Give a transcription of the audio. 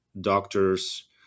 doctors